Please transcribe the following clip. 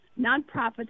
nonprofits